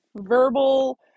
verbal